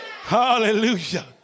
Hallelujah